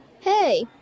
Hey